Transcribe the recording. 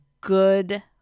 good